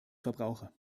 verbraucher